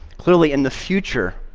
clearly, in the future,